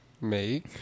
make